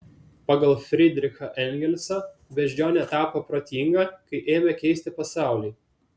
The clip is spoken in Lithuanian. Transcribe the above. pagal fridrichą engelsą beždžionė tapo protinga kai ėmė keisti pasaulį